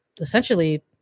essentially